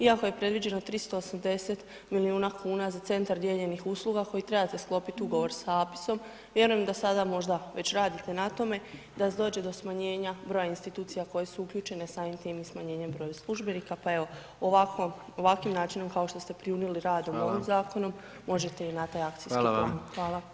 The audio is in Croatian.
Iako je previđeno 380 milijuna kuna za centar dijeljenih usluga, koji trebate sklopiti ugovor sa Apisom, vjerujem da sada možda već radite na tome da dođe do smanjenja broja institucija koje su uključene, samim time i smanjenjem broja službenika, pa evo, ovakvim načinom kao što ste primili rad [[Upadica: Hvala.]] onim zakonom, možete i na taj akcijski plan [[Upadica: Hvala vam.]] Hvala.